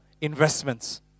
investments